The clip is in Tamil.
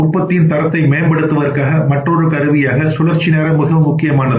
உற்பத்தியின் தரத்தை மேம்படுத்துவதற்கான மற்றொரு கருவியாக சுழற்சி நேரம் மிகவும் முக்கியமானது